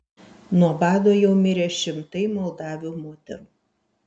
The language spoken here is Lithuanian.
nuo bado jau mirė šimtai moldavių moterų